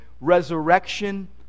resurrection